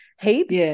Heaps